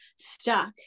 stuck